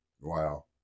Wow